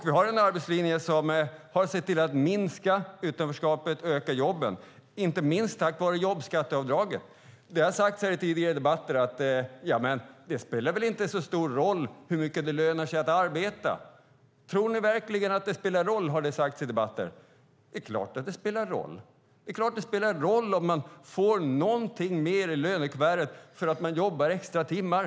Vi har en arbetslinje som har sett till att minska utanförskapet och öka jobben, inte minst tack vare jobbskatteavdraget. Det har sagts här i tidigare debatter att det inte spelar så stor roll hur mycket det lönar sig att arbeta. Tror ni verkligen att det spelar roll? Så har det sagts i debatter. Ja, det är klart att det spelar roll om man får någonting mer i lönekuvertet för att man jobbar extra timmar.